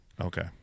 Okay